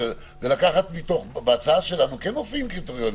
קריטריונים בהצעה שלנו כן מופיעים קריטריונים.